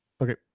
Okay